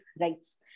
rights